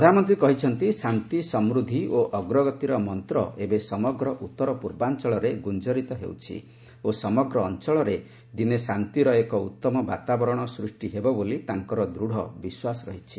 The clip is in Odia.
ପ୍ରଧାନମନ୍ତ୍ରୀ କହିଛନ୍ତି ଶାନ୍ତି ସମୃଦ୍ଧି ଓ ଅଗ୍ରଗତିର ମନ୍ତ୍ର ଏବେ ସମଗ୍ର ଉତ୍ତର ପୂର୍ବାଞ୍ଚଳରେ ଗୁଞ୍ଚରିତ ହେଉଛି ଓ ସମଗ୍ର ଅଞ୍ଚଳରେ ଦିନେ ଶାନ୍ତିର ଏକ ଉତ୍ତମ ବାତାବରଣ ସୃଷ୍ଟି ହେବ ବୋଲି ତାଙ୍କର ଦୃଢ଼ ବିଶ୍ୱାସ ରହିଛି